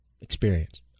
experience